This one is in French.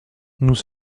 nous